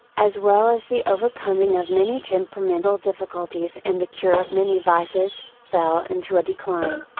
as well as the overcoming of many temperamental difficulties and the cure of many vices, fell into a decline.